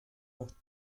doch